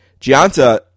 Gianta